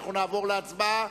אנחנו נעבור להצבעה,